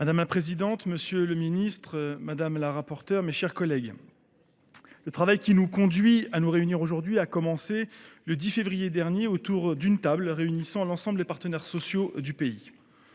Madame la présidente, monsieur le ministre, mes chers collègues, le travail qui nous conduit à nous réunir aujourd’hui a commencé le 10 février dernier autour d’une table, réunissant l’ensemble des partenaires sociaux du pays.